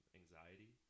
anxiety